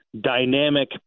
dynamic